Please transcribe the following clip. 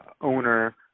owner